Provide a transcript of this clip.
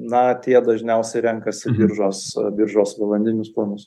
na tie dažniausiai renkasi biržos biržos valandinius planus